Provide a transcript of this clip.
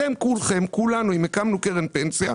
אתם כולכם, כולנו, אם הקמנו קרן פנסיה,